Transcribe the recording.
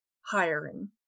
hiring